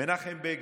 מנחם בגין,